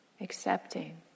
accepting